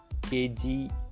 kg